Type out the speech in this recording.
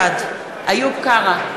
בעד איוב קרא,